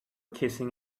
kissing